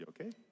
Okay